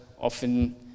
often